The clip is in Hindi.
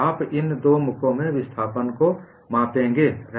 आप इन दो मुखों में विस्थापन को मापेंगे